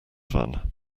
van